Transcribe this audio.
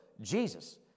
Jesus